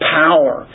power